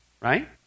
Right